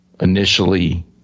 initially